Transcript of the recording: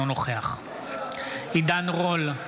בעד עידן רול,